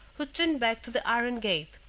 who turned back to the iron gate,